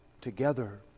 together